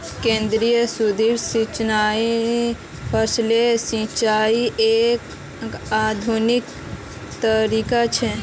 केंद्र धुरी सिंचाई फसलेर सिंचाईयेर एक आधुनिक तरीका छ